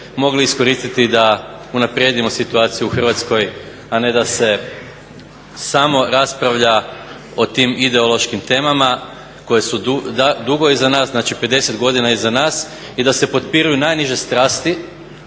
mogli iskoristiti da unaprijedimo situaciju u Hrvatskoj, a ne da se samo raspravlja o tim ideološkim temama koje su dugo iza nas, znači 50 godina iza nas, i da se potpiruju najniže strasti